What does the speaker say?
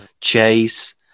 Chase